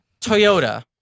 Toyota